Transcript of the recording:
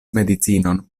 medicinon